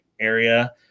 area